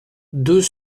deux